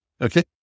Okay